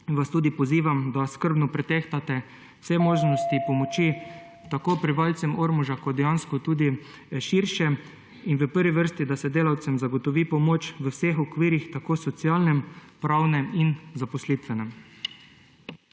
vseh okvirih, socialnem, pravnem in zaposlitvenem.